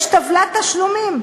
יש טבלת תשלומים,